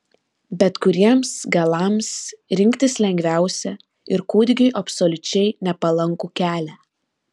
bet kuriems galams rinktis lengviausia ir kūdikiui absoliučiai nepalankų kelią